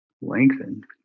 lengthen